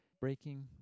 breaking